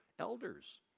Elders